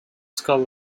skull